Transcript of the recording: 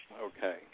Okay